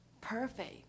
perfect